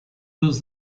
was